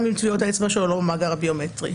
גם אם טביעות האצבע שלו לא במאגר הביומטרי.